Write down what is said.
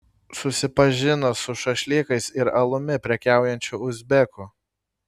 susipažino su šašlykais ir alumi prekiaujančiu uzbeku